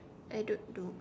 I don't know